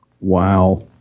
Wow